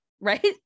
right